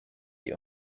you